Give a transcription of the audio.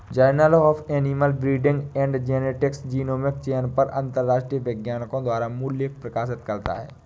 journal of animal breeding and genetics genomic चयन पर अंतरराष्ट्रीय वैज्ञानिकों द्वारा मूल लेख प्रकाशित करता है